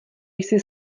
jsi